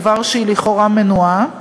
דבר שהיא לכאורה מנועה ממנו.